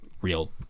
real